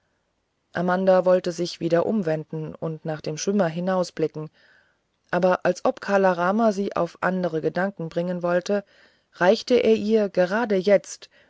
amanda wollte sich wieder umwenden und nach den schwimmenden hinausblicken aber als ob kala rama sie auf andere gedanken bringen wollte reichte er ihr gerade jetzt